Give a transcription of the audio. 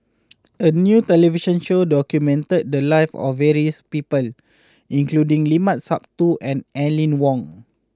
a new television show documented the lives of various people including Limat Sabtu and Aline Wong